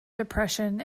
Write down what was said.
depression